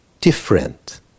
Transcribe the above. different